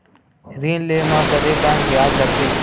ऋण ले म कतेकन ब्याज लगथे?